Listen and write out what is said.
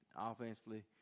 offensively